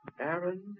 Aaron